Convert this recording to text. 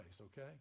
okay